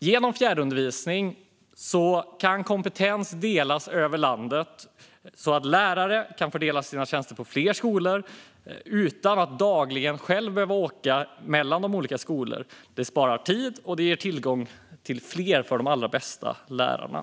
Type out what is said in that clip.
Genom fjärrundervisning kan kompetens delas över landet så att lärare kan fördela sina tjänster på flera skolor utan att dagligen själva behöva åka mellan de olika skolorna. Det sparar tid, och det ger fler tillgång till de allra bästa lärarna.